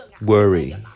worry